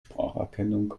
spracherkennung